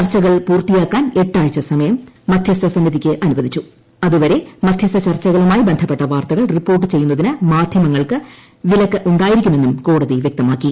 ചർച്ചകൾ പൂർത്തിയാക്കാൻ എട്ടാഴ്ച്ച സമയം മധ്യസ്ഥ സമിതിക്ക് അനുവദിച്ചു അതുവരെ മധ്യസ്ഥ ചർച്ചകളുമായി ബന്ധപ്പെട്ട വാർത്തകൾ റിപ്പോർട്ട് ചെയ്യുന്നതിന് മാധ്യമങ്ങൾക്ക് വിലക്കു ായിരിക്കുമെന്നും കോടതി വ്യക്തമാക്കി